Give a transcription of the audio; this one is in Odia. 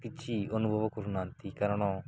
କିଛି ଅନୁଭବ କରୁନାହାନ୍ତି କାରଣ